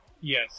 Yes